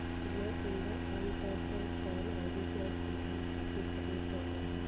जैव ईंधन आमतौर पर तरल अउरी गैस ईंधन खातिर प्रयोग कईल जाला